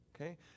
okay